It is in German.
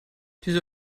diese